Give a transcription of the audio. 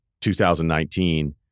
2019